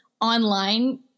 online